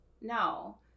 No